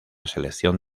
selección